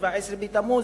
שבעה-עשר בתמוז,